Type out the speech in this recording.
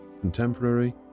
contemporary